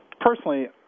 personally